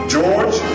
George